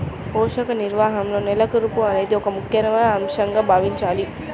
పోషక నిర్వహణలో నేల కూర్పు అనేది ఒక ముఖ్యమైన అంశంగా భావించాలి